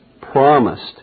promised